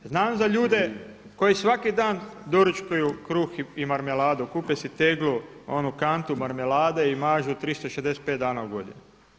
Znam za ljude koji svaki daj doručkuju kruh i marmeladu, kupe si teglu, onu kantu marmelade i mažu 365 dana u godini.